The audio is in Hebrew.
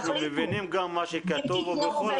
אם תתנו -- רחלי,